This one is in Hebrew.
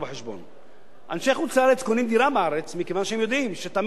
חוץ-לארץ קונים דירה בארץ מכיוון שהם יודעים שתמיד הנדל"ן בארץ עולה.